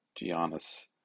Giannis